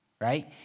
right